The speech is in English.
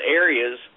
areas